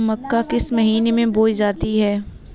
मक्का किस महीने में बोई जाती है?